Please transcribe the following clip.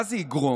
מה זה יגרום?